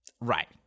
Right